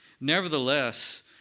nevertheless